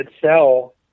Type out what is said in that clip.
sell